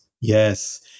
Yes